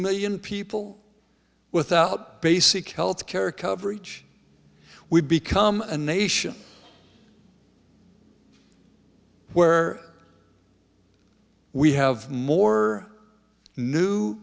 million people without basic health care coverage we become a nation where we have more new